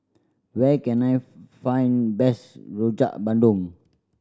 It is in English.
where can I find best Rojak Bandung